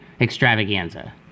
extravaganza